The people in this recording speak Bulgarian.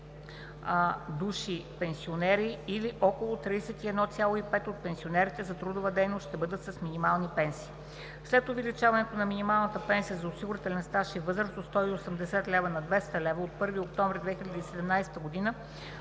души пенсионери или около 31,5 на сто от пенсионерите за трудова дейност ще бъдат с минимални пенсии. След увеличението на минималната пенсия за осигурителен стаж и възраст от 180 лв. на 200 лв. от 1 октомври 2017 г.